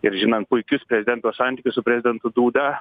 ir žinant puikius prezidento santykius su prezidentu dūda